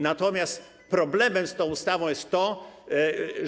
Natomiast problemem z tą ustawą jest to, że.